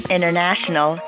International